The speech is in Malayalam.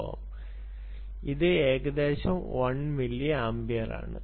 വിദ്യാർത്ഥി ഇത് ഏകദേശം 1 മില്ലി ആമ്പിയർ ആണ്